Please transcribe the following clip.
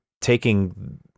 taking